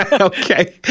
Okay